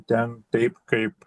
ten taip kaip